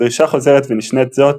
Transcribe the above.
דרישה חוזרת ונשנית זאת